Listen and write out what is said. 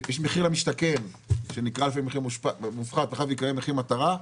יש מחיר למשתכן שנקרא לפעמים מחיר מופחת ואחר כך ייקרא מחיר מטרה,